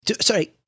sorry